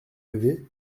levé